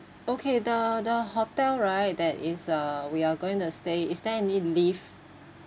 okay the the hotel right that is uh we are going to stay is there any lift